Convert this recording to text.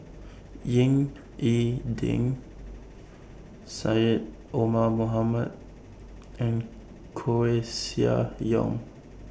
Ying E Ding Syed Omar Mohamed and Koeh Sia Yong